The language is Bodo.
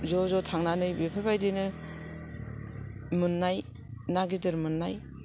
ज' ज' थांनानै बेफोरबादिनो मोननाय ना गिदिर मोननाय